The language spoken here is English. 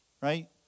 right